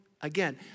again